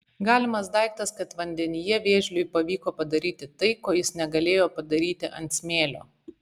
galimas daiktas kad vandenyje vėžliui pavyko padaryti tai ko jis negalėjo padaryti ant smėlio